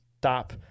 stop